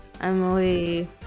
Emily